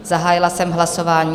Zahájila jsem hlasování.